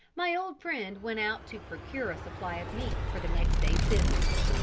my old friend went out to procure a supply of meat for the next day's business.